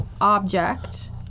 object